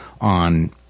on